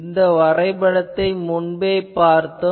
இந்த வரைபடத்தை முன்பே பார்த்தோம்